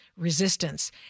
resistance